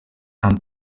amb